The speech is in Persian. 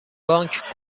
بانک